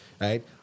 Right